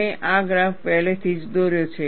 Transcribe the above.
તમે આ ગ્રાફ પહેલેથી જ દોર્યો છે